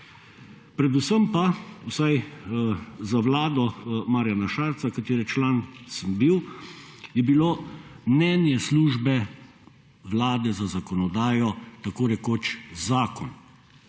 predvsem pa, vsaj za vlado Marjana Šarca, katere član sem bil, je bilo mnenje Službe Vlade za zakonodajo tako rekoč zakon.